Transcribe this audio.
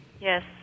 Yes